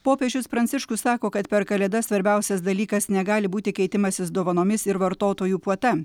popiežius pranciškus sako kad per kalėdas svarbiausias dalykas negali būti keitimasis dovanomis ir vartotojų puota